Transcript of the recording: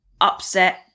upset